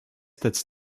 that’s